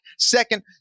second